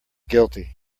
guilty